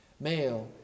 male